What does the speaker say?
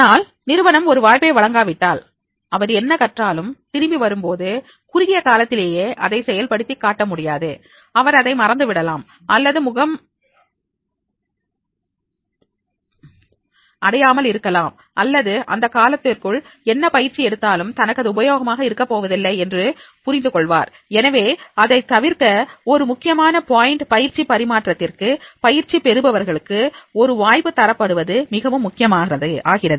ஆனால் நிறுவனம் ஒரு வாய்ப்பை வழங்காவிட்டால் அவர் என்ன கற்றாலும் திரும்பி வரும்போது குறுகிய காலத்திலேயே அதை செயல்படுத்தி காட்ட முடியாது அவர் அதை மறந்து விடலாம் அல்லது முகம் அடையாமல் இருக்கலாம் அல்லது இந்த காலத்திற்குள் என்ன பயிற்சி எடுத்தாலும் தனக்கு அது உபயோகமாக இருக்கப்போவதில்லை என்று புரிந்து கொள்வார் எனவே இதை தவிர்க்க ஒரு முக்கியமான பாயிண்ட் பயிற்சி பரிமாற்றத்திற்கு பயிற்சி பெறுபவர்களுக்கு ஒரு வாய்ப்பு தரப்படுவது மிகவும் முக்கியமாகிறது